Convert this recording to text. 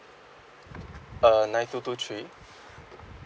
uh nine two two three